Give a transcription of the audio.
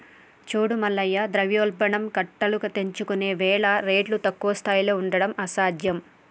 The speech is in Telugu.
చూడు మల్లయ్య ద్రవ్యోల్బణం కట్టలు తెంచుకున్నవేల రేట్లు తక్కువ స్థాయిలో ఉండడం అసాధ్యం